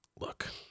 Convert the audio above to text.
Look